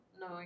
no